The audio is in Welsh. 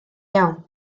iawn